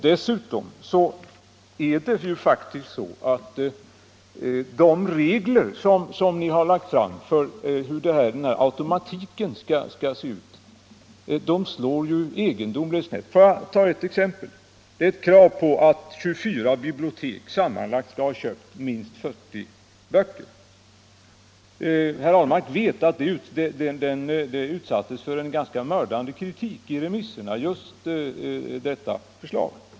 Dessutom är det faktiskt så att de regler, som ni har föreslagit för hur automatiken skall se ut, slår egendomligt snett. Får jag ta ett exempel. Där finns ett krav på att 24 bibliotek sammanlagt skall ha köpt minst 40 böcker. Herr Ahlmark vet att just detta förslag utsattes för en mördande kritik i remisserna.